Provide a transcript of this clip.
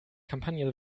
kampagne